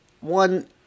one